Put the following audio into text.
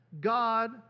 God